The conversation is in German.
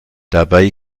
dabei